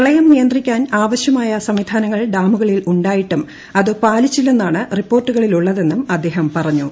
പ്രളയം നിയന്ത്രിക്കാൻ ആവശ്യമായ സംവിധാനങ്ങൾ ഡാമുകളിൽ ഉണ്ടായിട്ടും അതു പാലിച്ചില്ലെന്നാണ് റിപ്പോർട്ടിലുള്ളതെന്നും അദ്ദേഹം പറഞ്ഞു